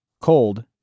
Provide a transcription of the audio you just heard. Cold